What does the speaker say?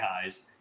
highs